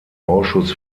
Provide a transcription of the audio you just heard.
ausschuss